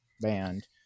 band